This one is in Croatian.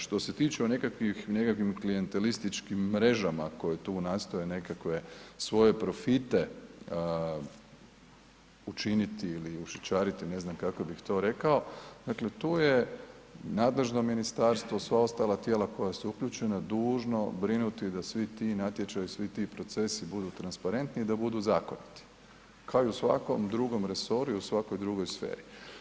Što se tiče o nekakvim klijantelističkim mrežama koje tu nastoje nekakve svoje profite učiniti ili ušićariti, ne znam kako bih to rekao, dakle tu je nadležno ministarstvo, sva ostala tijela koja su uključena dužno brinuti da svi ti natječaji, svi ti procesi budu transparentni i da budu zakoniti, kao i u svakom drugom resoru i u svakoj drugoj sferi.